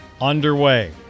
underway